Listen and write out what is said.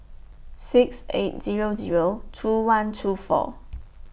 six eight Zero Zero two one two four